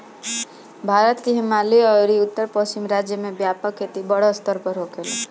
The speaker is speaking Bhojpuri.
भारत के हिमालयी अउरी उत्तर पश्चिम राज्य में व्यापक खेती बड़ स्तर पर होखेला